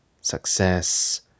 success